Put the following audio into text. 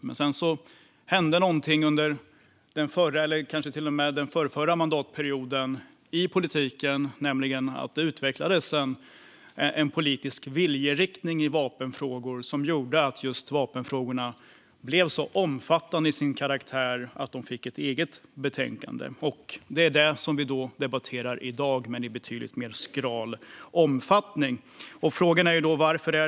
Men sedan hände någonting under den förra eller kanske till och med den förrförra mandatperioden i politiken. Det utvecklades en politisk viljeriktning som gjorde att vapenfrågorna blev så omfattande till sin karaktär att de fick ett eget betänkande. Det är det betänkandet vi debatterar i dag. Frågan är då varför betänkandet är betydligt skralare till sin omfattning än tidigare.